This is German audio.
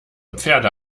pferde